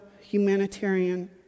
humanitarian